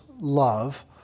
love